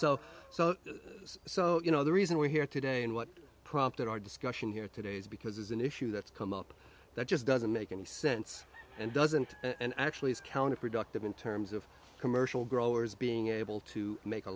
so so so you know the reason we're here today and what prompted our discussion here today is because there's an issue that's come up that just doesn't make any sense and doesn't and actually is counterproductive in terms of commercial growers being able to make a